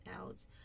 out